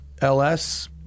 LS